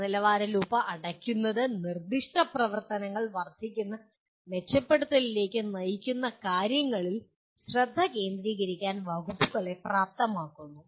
ഗുണനിലവാരലൂപ്പ് അടയ്ക്കുന്നത് നിർദ്ദിഷ്ട പ്രവർത്തനങ്ങൾ വർദ്ധിക്കുന്ന മെച്ചപ്പെടുത്തലുകളിലേക്ക് നയിക്കുന്ന കാര്യങ്ങളിൽ ശ്രദ്ധ കേന്ദ്രീകരിക്കാൻ വകുപ്പുകളെ പ്രാപ്തമാക്കുന്നു